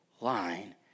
line